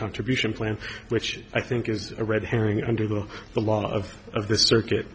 contribution plan which i think is a red herring under the the law of of the circuit